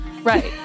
Right